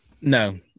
No